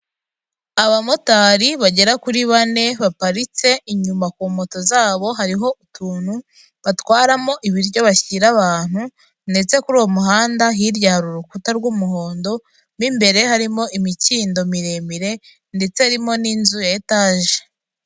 Abamotari bagera kuri bane baparitse inyuma ku moto zabo hariho utuntu batwaramo ibiryo bashyira abantu ndetse kuri uwo muhanda hirya hari urukuta rw'umuhondo, mu imbere harimo imikindo miremire ndetse harimo n'inzu ya etaje.